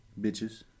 bitches